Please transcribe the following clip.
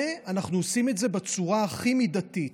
ואנחנו עושים את זה בצורה הכי מידתית.